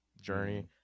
journey